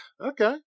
okay